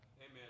Amen